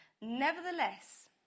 Nevertheless